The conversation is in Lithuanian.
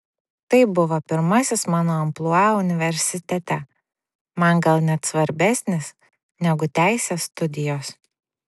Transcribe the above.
tai buvo pirmasis mano amplua universitete man gal net svarbesnis negu teisės studijos